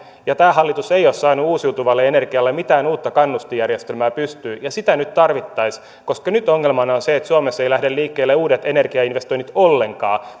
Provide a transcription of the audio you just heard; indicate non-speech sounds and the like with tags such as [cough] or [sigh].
ja tämä hallitus ei ole saanut uusiutuvalle energialle mitään uutta kannustinjärjestelmää pystyyn nyt sitä tarvittaisiin koska nyt ongelmana on se että suomessa eivät lähde liikkeelle uudet energiainvestoinnit ollenkaan [unintelligible]